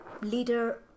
leader